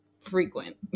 frequent